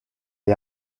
est